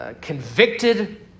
convicted